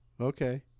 Okay